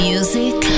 Music